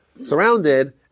surrounded